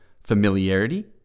familiarity